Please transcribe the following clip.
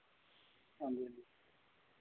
हांजी